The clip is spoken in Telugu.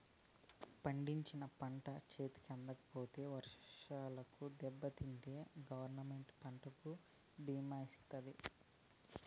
పండించిన పంట చేతికి అందకపోతే వర్షాలకు దెబ్బతింటే గవర్నమెంట్ పంటకు భీమా ఇత్తాది